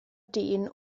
dyn